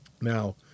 Now